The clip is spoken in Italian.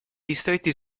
distretti